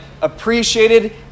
appreciated